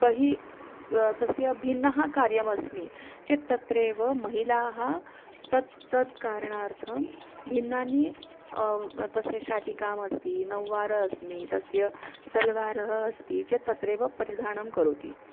बहिः तस्य भिन्नः कार्यमस्मि चेत् तत्रैव महिलाः तत् तत् कारणार्थं भिन्नानि तस्य शाटिकाम् अस्ति नव्वार अस्मि तस्य सल्वारः अस्ति चेत् तत्रैव परिधानं करोति